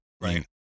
right